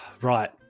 Right